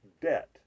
debt